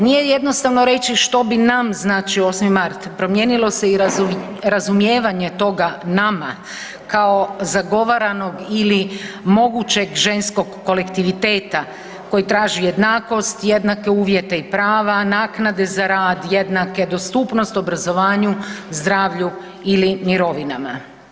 Nije jednostavno reći što bi nam značio 8. mart, promijenilo se i razumijevanje toga nama kao zagovaranog ili mogućeg ženskog kolektiviteta koji traži jednakost, jednake uvjete i prava, naknade za rad jednake, dostupnost obrazovanju, zdravlju ili mirovinama.